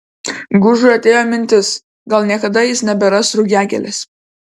gužui atėjo mintis gal niekada jis neberas rugiagėlės